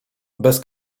bez